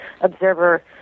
observer